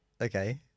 okay